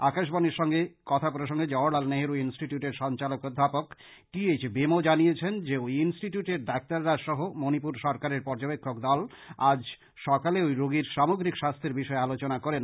আকাশবাণীর সঙ্গে কথাপ্রসঙ্গে জওহরলাল নেহরু ইনস্টিটিউটের সঞ্চালক অধ্যাপক টি এইচ ভিমো জানিয়েছেন যে ঐ ইনস্টিটিউটের ডাক্তাররা সহ মণিপুর সরকারের পর্যবেক্ষণ দল আজ সকালে ঐ রোগীর সামগ্রিক স্বাস্থ্যের বিষয়ে আলোচনা করেন